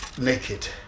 Naked